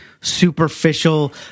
superficial